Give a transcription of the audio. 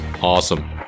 awesome